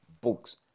books